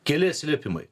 keli atsiliepimai